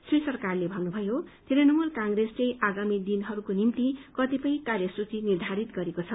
श्री सरकारले भन्नुभयो तृणमूल कंप्रेसले आगामी दिनहरूको निभ्ति कतिपय कार्यसूची निर्थारित गरेको छ